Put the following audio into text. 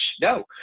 No